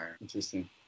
Interesting